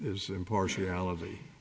is impartiality